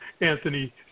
Anthony